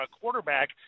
quarterback